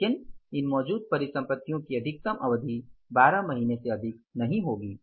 लेकिन इन मौजूदा परिसंपत्तियों की अधिकतम अवधि 12 महीने से अधिक नहीं होगी